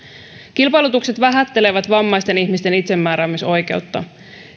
kilpailutukset vähättelevät vammaisten ihmisten itsemääräämisoikeutta